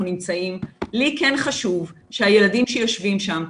נמצאים לי כן חשוב שהילדים שיושבים שם,